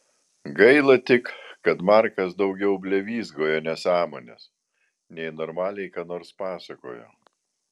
gaila tik kad markas daugiau blevyzgojo nesąmones nei normaliai ką nors pasakojo